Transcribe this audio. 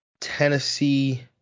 tennessee